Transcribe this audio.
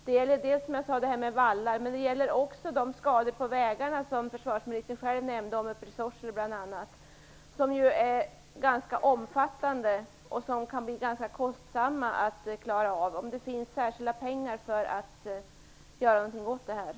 Det gäller dels vallar, dels de skador på vägarna som försvarsministern själv nämnde, bl.a. i Sorsele, som är ganska omfattande och som kan bli ganska kostsamma att åtgärda. Finns det särskilda pengar för att göra någonting åt detta?